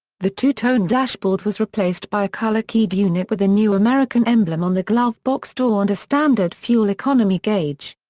the two-tone dashboard was replaced by a color-keyed unit with a new american emblem on the glove box door and a standard fuel economy gauge.